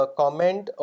comment